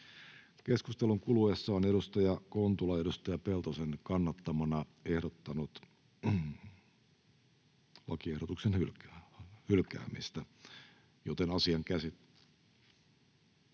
Keskustelun kuluessa on edustaja Kontula edustaja Peltosen kannattamana ehdottanut lakiehdotuksen hylkäämistä, joten asian käsittely...